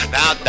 Now